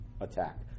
attack